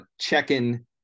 checking